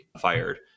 fired